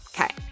okay